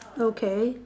okay